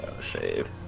Save